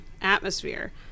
atmosphere